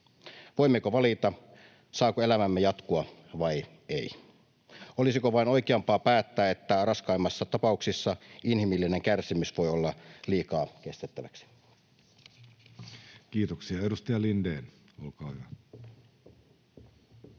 voimmeko valita, saako elämämme jatkua vai ei, olisiko vain oikeampaa päättää, että raskaimmissa tapauksissa inhimillinen kärsimys voi olla liikaa kestettäväksi. [Speech 154] Speaker: